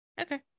Okay